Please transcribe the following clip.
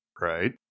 Right